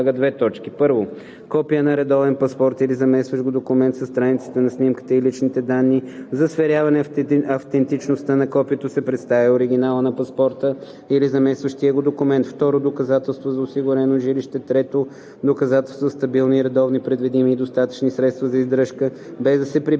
1. копие на редовен паспорт или заместващ го документ със страниците на снимката и личните данни; за сверяване автентичността на копието се представя и оригиналът на паспорта или заместващия го документ; 2. доказателства за осигурено жилище; 3. доказателства за стабилни, редовни, предвидими и достатъчни средства за издръжка, без да се прибягва